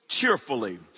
cheerfully